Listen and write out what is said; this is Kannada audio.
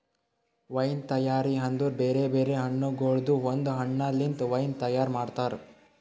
ವೈನ್ ತೈಯಾರಿ ಅಂದುರ್ ಬೇರೆ ಬೇರೆ ಹಣ್ಣಗೊಳ್ದಾಂದು ಒಂದ್ ಹಣ್ಣ ಲಿಂತ್ ವೈನ್ ತೈಯಾರ್ ಮಾಡ್ತಾರ್